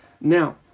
Now